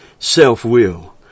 Self-will